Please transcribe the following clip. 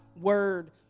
word